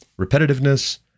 repetitiveness